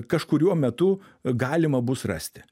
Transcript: kažkuriuo metu galima bus rasti